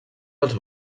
dels